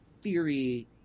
theory